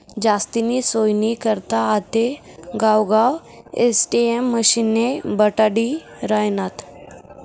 जास्तीनी सोयनी करता आते गावगाव ए.टी.एम मशिने बठाडी रायनात